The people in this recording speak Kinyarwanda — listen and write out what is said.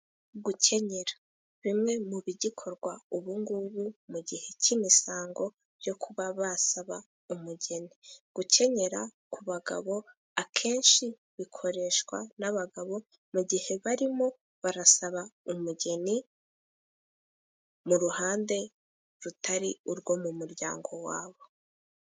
Gukenyera ni bimwe mu bigikorwa, ubu ngubu mu gihe cy'imisango, byo kuba basaba umugeni, gukenyera ku bagabo, akenshi bikoreshwa n'abagabo mu gihe barimo barasaba umugeni, mu ruhande rutari urwo mu muryango wabo.